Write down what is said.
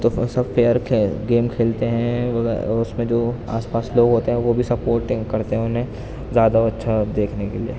تو سب fair game کھیلتے ہیں وہ اس میں جو آس پاس لوگ ہوتے ہیں وہ بھی سپوٹنگ کرتے ہیں انہیں زیادہ اچّھا دیکھنے کے لیے